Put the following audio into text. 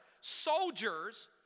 soldiers